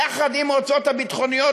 יחד עם ההוצאות הביטחוניות,